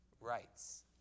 rights